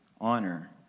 honor